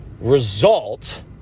result